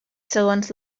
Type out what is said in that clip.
segons